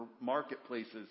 marketplaces